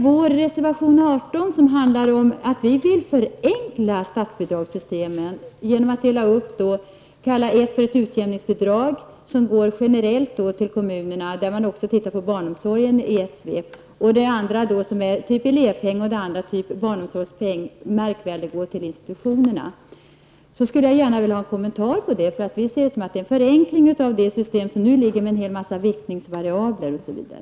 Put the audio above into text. Vår reservation nr 18 går ut på att förenkla statsbidragssystemet genom att dela upp statens bidrag till kommunerna på dels ett utjämningsbidrag, dels en elevpeng, dels ett barnomsorgsbidrag, som går till institutionerna. Jag skulle gärna vilja ha en kommentar till det förslaget. Vi anser att det innebär en förenkling jämfört med det nuvarande systemet, som inrymmer en hel del viktningsvariabler.